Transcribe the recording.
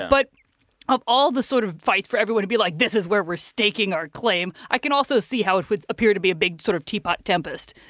but of all the sort of fights for everyone to be like, this is where we're staking our claim, i can also see how it would appear to be a big sort of teapot tempest.